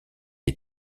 est